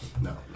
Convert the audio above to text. No